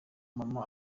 mama